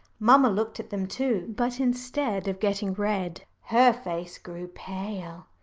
mamma looked at them too, but instead of getting red, her face grew pale.